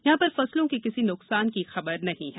यहां पर फसलों के किसी न्कसान की खबर नहीं है